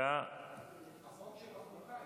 איך קוראים